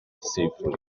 safely